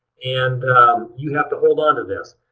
and you have to hold onto this.